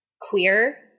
queer